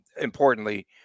importantly